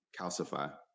calcify